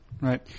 Right